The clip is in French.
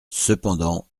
cependant